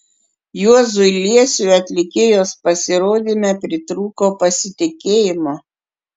juozui liesiui atlikėjos pasirodyme pritrūko pasitikėjimo